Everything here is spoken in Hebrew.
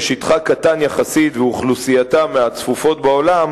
ששטחה קטן יחסית ואוכלוסייתה מהצפופות בעולם